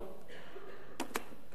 והפניתי את תשומת לבה,